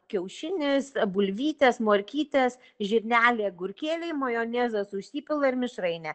kiaušinis bulvytės morkytės žirneliai agurkėliai majonezas užsipila ir mišrainė